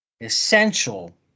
essential